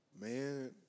Man